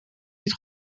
niet